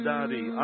Daddy